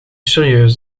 serieus